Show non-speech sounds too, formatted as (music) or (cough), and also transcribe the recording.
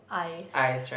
eyes (noise)